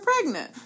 pregnant